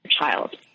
child